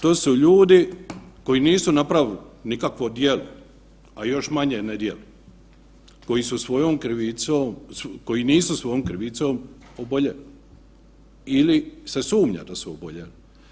To su ljudi koji nisu napravili nikakvo djelo, a još manje nedjelo, koji su svojom krivicom, koji nisu svojom krivicom oboljeli ili se sumnja da su oboljeli.